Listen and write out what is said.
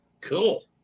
Cool